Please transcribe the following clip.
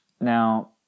Now